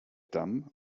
damm